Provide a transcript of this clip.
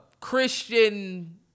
Christian